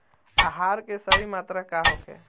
आहार के सही मात्रा का होखे?